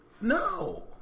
No